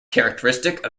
characteristic